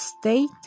state